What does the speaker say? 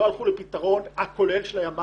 לא הלכו על פתרון כולל של הימ"חים